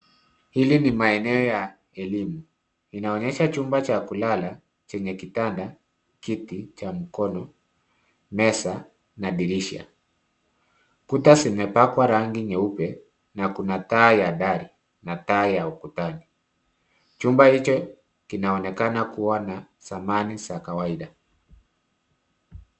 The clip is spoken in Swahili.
Hili ni maeneo ya elimu. Inaonyesha chumba cha kulala yenye kitanda, kiti cha mkono, meza na dirisha. Kuta zimepakwa rangi nyeupe na kuna taa ya dari na taa ya ukutani. Chumba hicho kinaonekana kuwa na samani za kawaida.